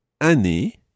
année